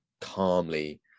calmly